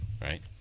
Right